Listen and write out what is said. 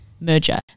merger